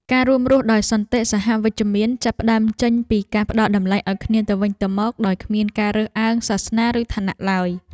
ការរួមរស់ដោយសន្តិសហវិជ្ជមានចាប់ផ្តើមចេញពីការផ្តល់តម្លៃឱ្យគ្នាទៅវិញទៅមកដោយគ្មានការរើសអើងសាសនាឬឋានៈឡើយ។